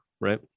right